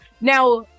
now